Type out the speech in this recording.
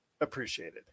appreciated